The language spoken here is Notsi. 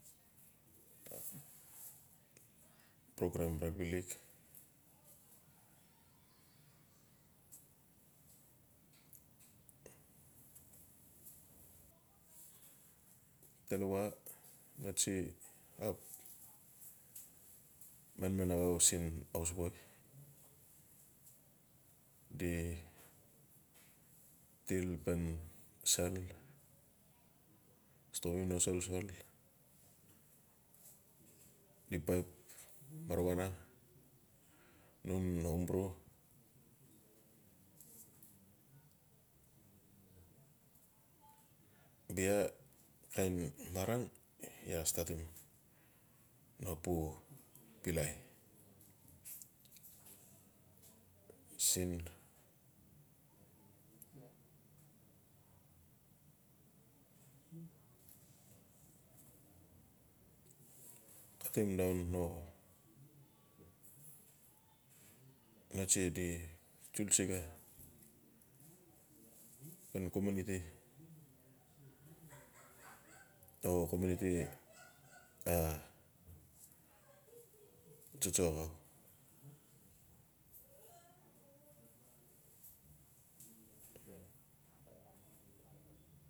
Programe bro believe talawa a no tsiap manman axau siin haus boi. di til pun sal stopim no solsol di paip maruana num ombru bia kain marang iaa statim no pilai siin kukim daun no tsi di tsil tsiga pu comuniti no comuniti tsotso axau.